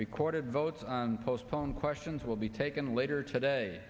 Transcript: recorded votes postponed questions will be taken later today